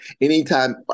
anytime